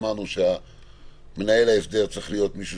אמרנו שמנהל ההסדר צריך להיות מישהו